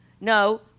No